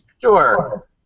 Sure